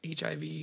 HIV